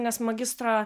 nes magistro